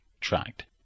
tracked